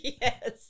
Yes